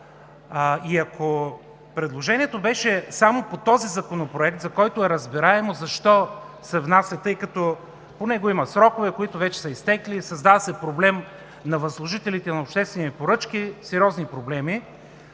Ако предложението беше само по този Законопроект, за който е разбираемо защо се внася, тъй като по него има срокове, които вече са изтекли, създава се проблем на възложителите на обществени поръчки, сериозни проблеми,